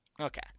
Okay